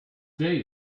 day